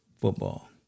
football